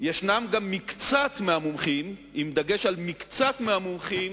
מקצת המומחים, עם דגש על מקצת המומחים,